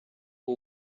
who